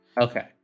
Okay